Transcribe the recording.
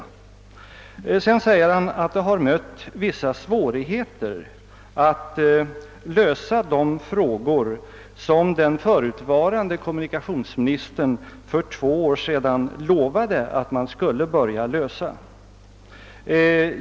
Statsrådet sade vidare att det har stött på vissa svårigheter att lösa de frågor som den förutvarande kommunikationsministern för två år sedan lovade att man skulle ta itu med.